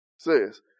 says